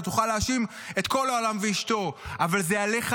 אתה תוכל להאשים את כל העולם ואשתו אבל זה עליך,